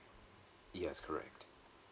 yes correct